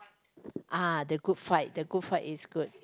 ah the Good Fight the Good Fight is good